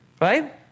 Right